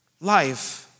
life